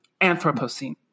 Anthropocene